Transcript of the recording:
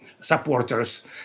supporters